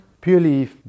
purely